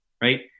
Right